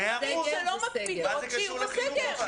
אבל ערים שלא מקפידות, שיהיו בסגר.